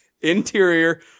Interior